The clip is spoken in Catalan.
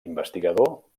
investigador